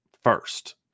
First